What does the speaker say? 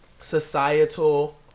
societal